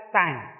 time